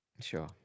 sure